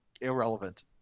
irrelevant